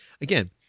again